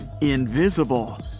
invisible